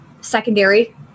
secondary